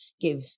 give